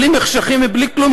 בלי מחשכים ובלי כלום,